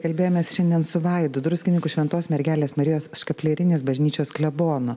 kalbėjomės šiandien su vaidu druskininkų šventos mergelės marijos škaplierinės bažnyčios klebonu